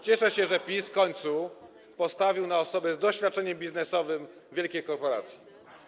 Cieszę się, że PiS w końcu postawił na osobę z doświadczeniem biznesowym w wielkiej korporacji.